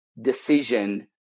decision